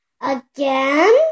Again